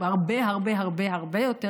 הרבה הרבה הרבה הרבה יותר,